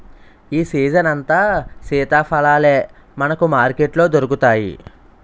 ఈ సీజనంతా సీతాఫలాలే మనకు మార్కెట్లో దొరుకుతాయి